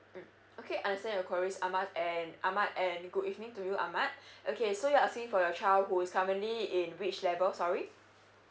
mm okay understand your queries ahmad and ahmad and good evening to you ahmad okay so you're asking for your child who is currently in which level sorry